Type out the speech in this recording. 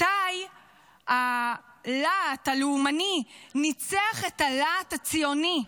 מתי הלהט הלאומני ניצח את הלהט הציוני?